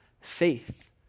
faith